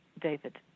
david